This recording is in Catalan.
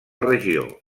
regió